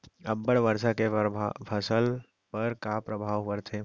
अब्बड़ वर्षा के फसल पर का प्रभाव परथे?